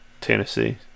Tennessee